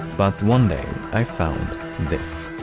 but one day i found this.